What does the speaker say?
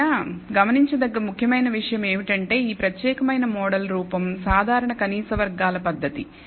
ఏమైనా గమనించదగ్గ ముఖ్యమైన విషయం ఏమిటంటే ఈ ప్రత్యేకమైన మోడల్ రూపం సాధారణ కనీస వర్గాల పద్దతి